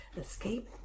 Escape